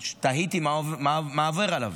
תהיתי מה עובר עליו.